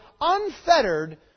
unfettered